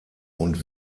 und